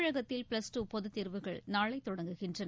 தமிழகத்தில் plus two பொதுத் தேர்வுகள் நாளை தொடங்குகின்றன